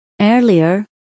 Earlier